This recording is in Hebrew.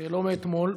לא מאתמול.